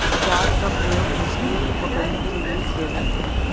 जाल का प्रयोग मछलियो को पकड़ने के लिये किया जाता है